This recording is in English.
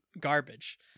garbage